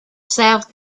south